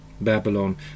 Babylon